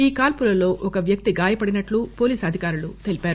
ఈ కాల్సులలో ఒక వ్యక్తి గాయపడినట్లు పోలీసు అధికారులు తెలిపారు